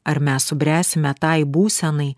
ar mes subręsime tai būsenai